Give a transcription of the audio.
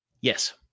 Yes